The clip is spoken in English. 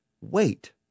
wait